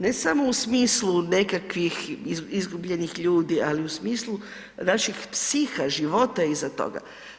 Ne samo u smislu nekakvih izgubljenih ljudi, ali u smislu naših psiha, života iza toga.